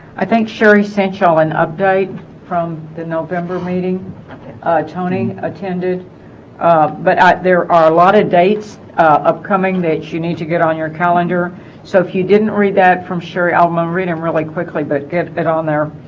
i think sherry sent you an update from the november meeting tony attended um but there are a lot of dates upcoming that you need to get on your calendar so if you didn't read that from sherry alma reading really quickly but get it on there